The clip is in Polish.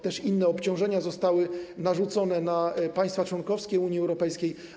Też inne obciążenia zostały nałożone na państwa członkowskie Unii Europejskiej.